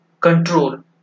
control